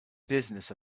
business